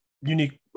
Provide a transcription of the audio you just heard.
unique